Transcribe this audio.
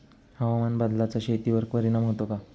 हवामान बदलाचा शेतीवर परिणाम होतो का?